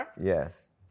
Yes